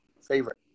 Favorite